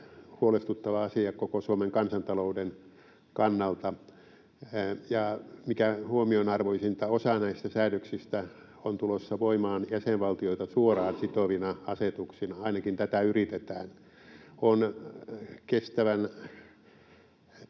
huolestuttava asia koko Suomen kansantalouden kannalta. Ja mikä huomionarvoisinta, osa näistä säädöksistä on tulossa voimaan jäsenvaltioita suoraan sitovina asetuksina, ainakin tätä yritetään. On kestävän